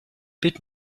bit